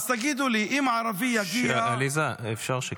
אז תגידו לי, אם ערבי יגיע --- עליזה, אפשר שקט?